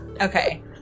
okay